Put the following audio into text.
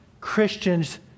Christians